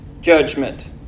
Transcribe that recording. judgment